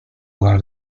brun